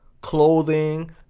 clothing